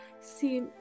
See